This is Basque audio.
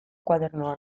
koadernoan